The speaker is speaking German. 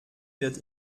wird